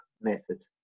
method